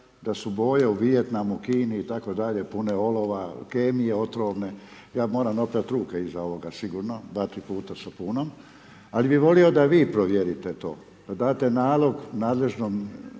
da su boje u Vijetnamu, Kini itd. pune olova kemije otrovne, ja moram oprat ruke iza ovoga sigurno, dva, tri puta sapunom, ali bi volio da vi provjerite to da date nalog nadležnom